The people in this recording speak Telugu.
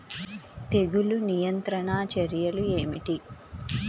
తెగులు నియంత్రణ చర్యలు ఏమిటి?